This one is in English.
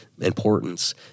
importance